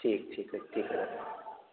ठीक ठीक ठीक है